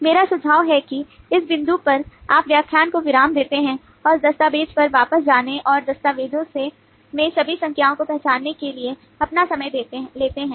मेरा सुझाव है कि इस बिंदु पर आप व्याख्यान को विराम देते हैं और दस्तावेज़ पर वापस जाने और दस्तावेज़ में सभी संज्ञाओं को पहचानने के लिए अपना समय लेते हैं